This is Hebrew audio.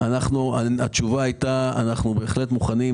התשובה הייתה: אנחנו בהחלט מוכנים,